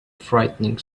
frightening